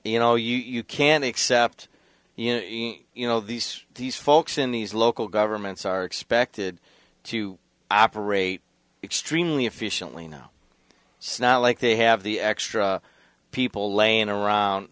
you know you can except you know you know these these folks in these local governments are expected to operate extremely efficiently now snout like they have the extra people laying around